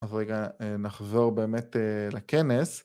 אז רגע נחזור באמת לכנס.